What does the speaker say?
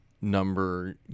number